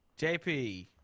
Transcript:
JP